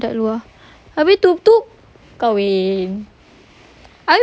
bukan ah itu budak luar habis tutup kahwin